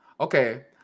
Okay